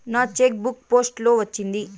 నా cheque book post లో వచ్చింది